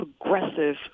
progressive